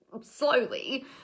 slowly